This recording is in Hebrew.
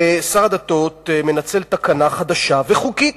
ושר הדתות מנצל תקנה חדשה וחוקית,